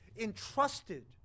entrusted